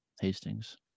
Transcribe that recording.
Hastings